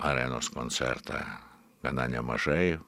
arenos koncertą gana nemažai